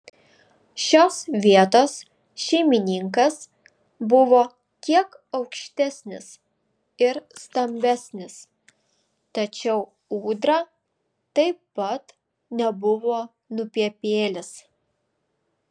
šios vietos šeimininkas buvo kiek aukštesnis ir stambesnis tačiau ūdra taip pat nebuvo nupiepėlis